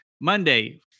Monday